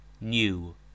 new